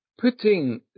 putting